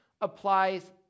applies